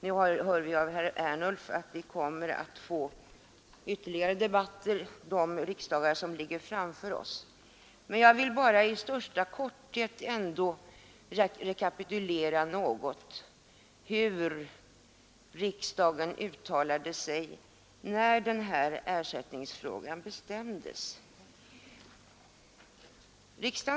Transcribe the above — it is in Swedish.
Nu hörde jag av herr Ernulf att vi kommer att få ytterligare debatter under kommande riksdagar. Jag vill ändå i största korthet rekapitulera något av vad riksdagen uttalade när man fattade beslut i denna ersättningsfråga.